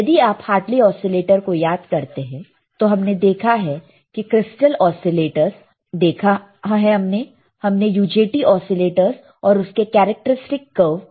यदि आप Hartley oscillator को याद करते हैं तो यह हमने देखा है क्रिस्टल ओसीलेटरस हमने देखा हमने UJT ओसीलेटरस और उसके कैरेक्टरस्टिक कर्व भी देखा